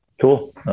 Cool